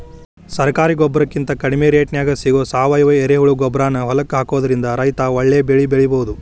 ಸರಕಾರಿ ಗೊಬ್ಬರಕಿಂತ ಕಡಿಮಿ ರೇಟ್ನ್ಯಾಗ್ ಸಿಗೋ ಸಾವಯುವ ಎರೆಹುಳಗೊಬ್ಬರಾನ ಹೊಲಕ್ಕ ಹಾಕೋದ್ರಿಂದ ರೈತ ಒಳ್ಳೆ ಬೆಳಿ ಬೆಳಿಬೊದು